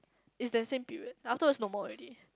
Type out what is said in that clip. it's the same period afterwards no more already